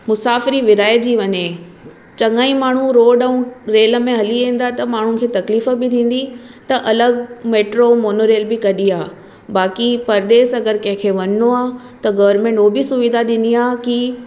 मुसाफ़िरी विराएजी वञे चङाई माण्हू रोड ऐं रेल में हली वेंदा त माण्हुनि खे तकलीफ़ बि थींदी त अलॻि मेट्रो मोनो रेल बि कढी आहे बाक़ी परदेस अगरि कंहिंखे वञिणो आहे त गवरमेंट उहो बि सुविधा ॾिनी आहे की